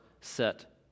set